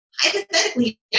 hypothetically